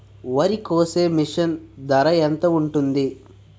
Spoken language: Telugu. వరి కోసే మిషన్ ధర ఎంత ఉంటుంది?